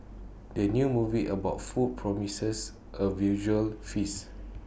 the new movie about food promises A visual feast